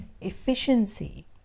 efficiency